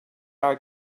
our